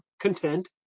content